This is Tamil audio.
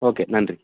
ஓகே நன்றி